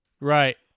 Right